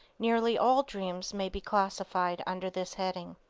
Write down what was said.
nearly all dreams may be classified under this heading